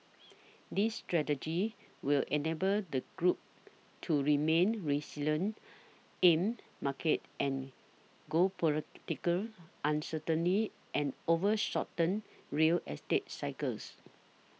this strategy will enable the group to remain resilient amid market and geopolitical uncertainty and over shortened real estate cycles